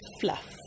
fluff